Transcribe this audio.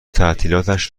تعطیلاتش